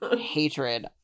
Hatred